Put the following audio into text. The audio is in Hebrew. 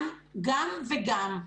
גם וגם.